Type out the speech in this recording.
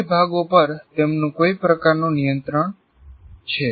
ચારેય ભાગો પર તેમનું કોઈ પ્રકારનું નિયંત્રણ છે